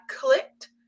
clicked